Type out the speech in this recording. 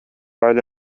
على